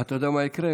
אתה יודע מה יקרה?